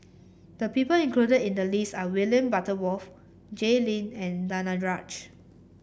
the people included in the list are William Butterworth Jay Lim and Danaraj